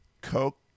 Coke